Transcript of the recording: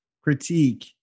critique